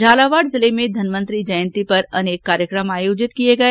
झालावाड़ जिले में धनवंतरी जयंती पर अनेक कार्यकम आयोजित किए गए